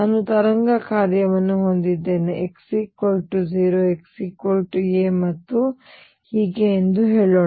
ನಾನು ತರಂಗ ಕಾರ್ಯವನ್ನು ಹೊಂದಿದ್ದೇನೆ ಇದನ್ನು x 0 x a ಮತ್ತು ಹೀಗೆ ಹೇಳೋಣ